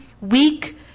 weak